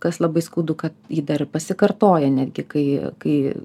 kas labai skaudu kad ji dar ir pasikartoja netgi kai kai